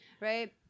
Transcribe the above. Right